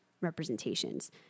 representations